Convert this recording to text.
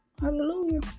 Hallelujah